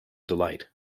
delight